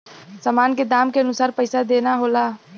सामान के दाम के अनुसार पइसा देना होला